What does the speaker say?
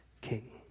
King